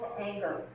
anger